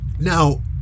now